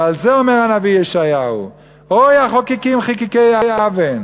ועל זה אומר הנביא ישעיהו: הוי החוקקים חקקי אוון